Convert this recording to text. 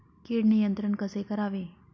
कीड नियंत्रण कसे करावे?